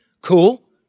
Cool